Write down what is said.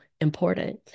important